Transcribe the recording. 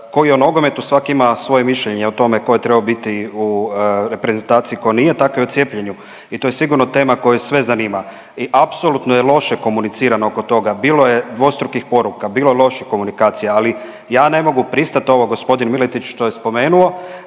ko i o nogometu svaki ima svoje mišljenje o tome tko je trebao biti u reprezentaciji tko nije, tako je i u cijepljenju i to je sigurno tema koja sve zanima. I apsolutno je loše komunicirano oko toga. Bilo je dvostrukih poruka, bilo je loših komunikacija ali ja ne mogu pristat ovo gospodin Miletić što je spomenuo.